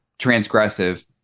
Transgressive